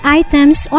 items